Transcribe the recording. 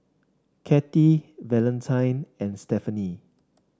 Cathey Valentine and Stephenie